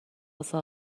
واسه